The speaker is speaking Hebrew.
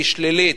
היא שלילית,